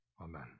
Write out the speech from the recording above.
Amen